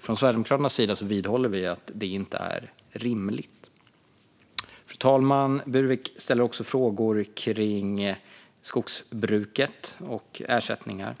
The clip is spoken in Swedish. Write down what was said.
Sverigedemokraterna vidhåller att det inte är rimligt. Fru talman! Burwick ställde också frågor om skogsbruket och ersättningar.